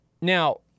now